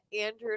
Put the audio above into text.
Andrew